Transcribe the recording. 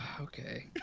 Okay